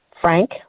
Frank